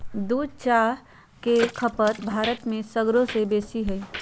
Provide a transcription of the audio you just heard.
दूध आ चाह के खपत भारत में सगरो से बेशी हइ